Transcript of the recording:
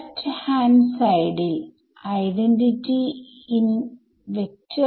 ഇതുവരെ നമ്മൾ FDTD യിൽ കണ്ട പ്രധാനപ്പെട്ട ഘടകങ്ങൾ എന്തൊക്കെയാണ്